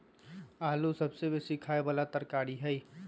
आलू सबसे बेशी ख़ाय बला तरकारी हइ